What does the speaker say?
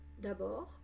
d'abord